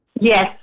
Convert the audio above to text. yes